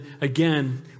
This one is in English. again